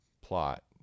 plot